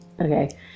Okay